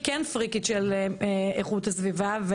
פריקית של איכות הסביבה.